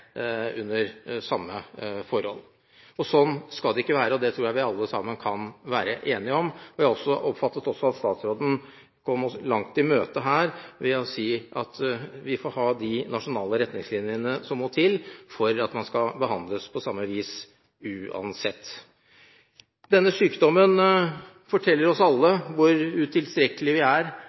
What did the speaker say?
under samme forhold. Sånn skal det ikke være, og det tror jeg vi alle sammen kan være enige om. Jeg oppfattet også at statsråden kom oss langt i møte her ved å si at vi får ha de nasjonale retningslinjene som må til for at man skal behandles på samme vis uansett. Denne sykdommen forteller oss alle hvor utilstrekkelige vi er